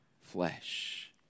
flesh